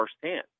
firsthand